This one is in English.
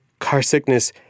carsickness